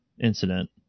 incident